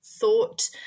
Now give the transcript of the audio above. thought